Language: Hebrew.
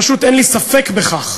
פשוט אין לי ספק בכך,